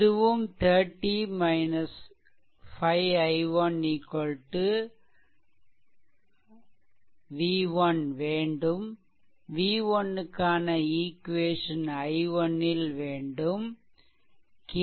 இதுவும் 30 5 i1 v1 வேண்டும் v1 க்கான ஈக்வேஷன் i1 ல் வேண்டும்